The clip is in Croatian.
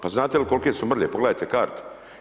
Pa znate li koliko su mrlje, pogledajte karte.